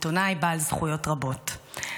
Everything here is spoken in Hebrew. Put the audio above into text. עיתונאי בעל זכויות רבות.